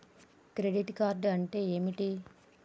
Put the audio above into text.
Credit card అంటే ఏమిటి?